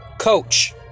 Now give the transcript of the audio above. Coach